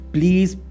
Please